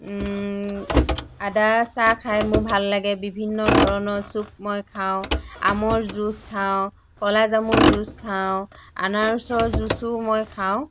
আদা চাহ খাই মোৰ ভাল লাগে বিভিন্ন ধৰণৰ চুপ মই খাওঁ আমৰ জুচ খাওঁ কলাজামুৰ জুচ খাওঁ আনাৰসৰ জুচো মই খাওঁ